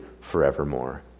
forevermore